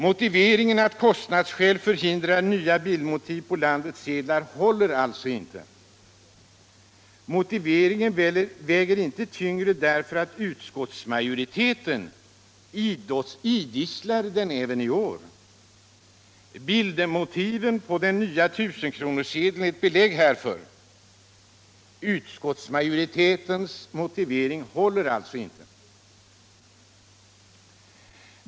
Motiveringen att kostnadsskäl förhindrar nya bildmotiv på landets sedlar håller alltså inte. Motiveringen väger inte tyngre därför att utskottsmajoriteten idisslar den även i år. Bildmotiven på den nya tusenkronorssedeln är ett belägg härför. Utskottsmajoritetens motivering håller alltså inte.